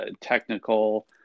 technical